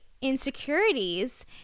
insecurities